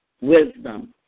Wisdom